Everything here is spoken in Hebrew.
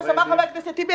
אמר חבר הכנסת טיבי,